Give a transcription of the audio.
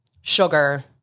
sugar